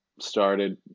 started